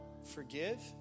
forgive